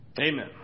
Amen